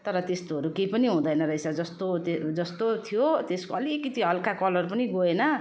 तर त्यस्तोहरू केही पनि हुँदैन रहेछ जस्तो त्यो जस्तो थियो त्यसको अलिकति हल्का कलर पनि गएन